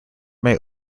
may